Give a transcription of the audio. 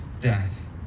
death